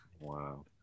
Wow